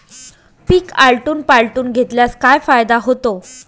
पीक आलटून पालटून घेतल्यास काय फायदा होतो?